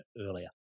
earlier